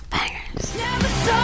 Bangers